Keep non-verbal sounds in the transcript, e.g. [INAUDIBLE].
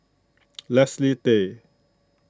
[NOISE] Leslie Tay